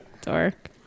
Dork